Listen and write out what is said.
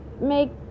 make